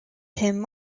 him